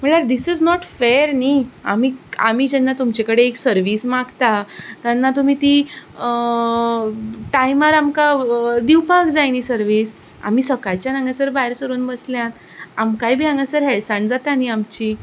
म्हळ्यार this is not fair न्ही आमी आमी जेन्ना तुमचे कडेन एक सर्वीस मागता तेन्ना तुमी ती टायमार आमकां दिवपाक जाय न्ही सर्वीस आमी सकाळच्यान हांगासर भायर सरून बसल्यात आमकांय बी हांगासर हेळसाण जाता न्ही आमची